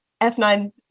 F9